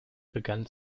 begann